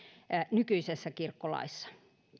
nykyisessä kirkkolaissa